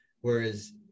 Whereas